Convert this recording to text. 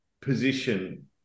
position